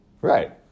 Right